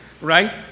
right